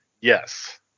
Yes